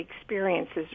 experiences